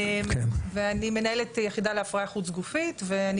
ואני מנהלת היחידה להפריה חוץ גופית ואני